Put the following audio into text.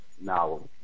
Now